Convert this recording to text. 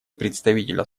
представителя